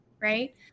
right